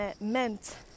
meant